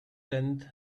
tenth